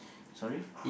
sorry